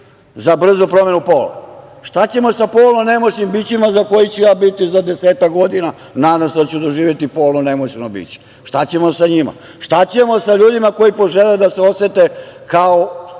za brzu promenu pola. Šta ćemo sa polno nemoćnim bićima koje ću ja biti za desetak godina, nadam se da ću doživeti polno nemoćno biće? Šta ćemo sa njima? Šta ćemo sa ljudima koji požele da se osete kao